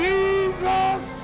Jesus